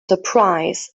surprise